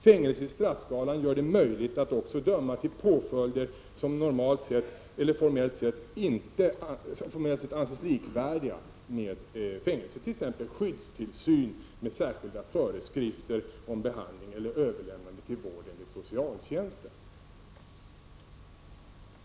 Fängelse i straffskalan gör det möjligt att också döma till påföljder som formellt sett anses likvärdiga med fängelse, t.ex. skyddstillsyn med särskilda föreskrifter om behandling eller överlämnande till vård enligt socialtjänsten.